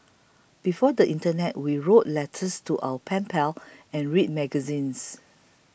before the internet we wrote letters to our pen pals and read magazines